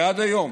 ועד היום